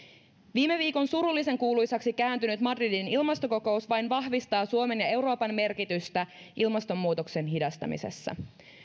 viime viikon surullisenkuuluisaksi kääntynyt madridin ilmastokokous vain vahvistaa suomen ja euroopan merkitystä ilmastonmuutoksen hidastamisessa